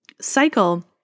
cycle